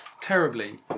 terribly